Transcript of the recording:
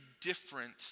different